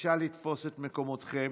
בבקשה לתפוס את מקומותיכם.